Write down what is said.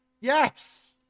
Yes